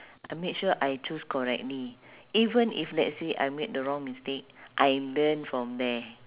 I made sure I choose correctly even if let's say I made the wrong mistake I learn from there